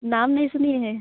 नाम नहीं सुने हैं